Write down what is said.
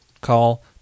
call